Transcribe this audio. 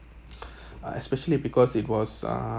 uh especially because it was uh